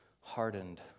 hardened